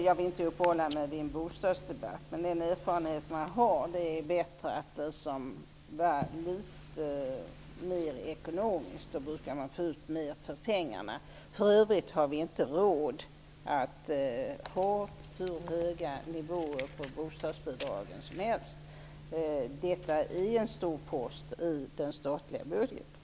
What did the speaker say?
Jag vill inte uppehålla mig vid en bostadsdebatt, men den erfarenhet jag har är att man brukar få mer för pengarna om man är litet mer ekonomisk. För övrigt har vi inte råd att ha hur höga nivåer som helst på bostadsbidragen. Detta är en stor post i den statliga budgeten.